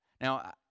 Now